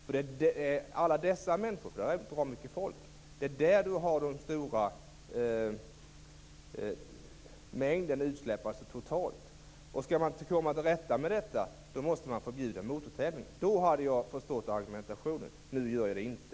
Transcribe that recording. Det är alla dessa människor - tävlingarna drar mycket folk - som orsakar den stora mängden utsläpp totalt. Skall man komma till rätta med detta, måste man förbjuda motortävlingar. Den argumentationen hade jag förstått. Nu gör jag det inte.